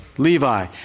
Levi